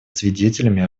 свидетелями